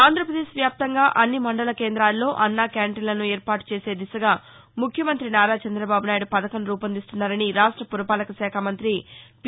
ఆంధ్రప్రదేశ్ వ్యాప్తంగా అన్ని మండల కేందాలలో అన్న క్యాంటీస్లను ఏర్పాటు చేసే దిశగా ముఖ్యమంత్రి నారా చందబాబు నాయుడు పథకం రూపొందిస్తున్నారని రాష్ట్ర పురపాలకశాఖ మంతి పి